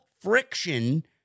friction